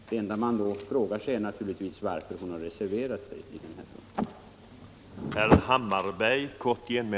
Det enda man då frågar sig är naturligtvis varför hon har reserverat sig vid den punkt det här gäller.